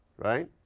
right?